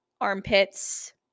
armpits